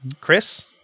Chris